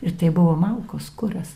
ir tai buvo malkos kuras